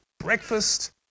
Breakfast